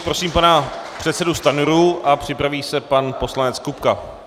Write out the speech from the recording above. Prosím pana předsedu Stanjuru a připraví se pan poslanec Kupka.